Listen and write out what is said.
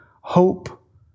hope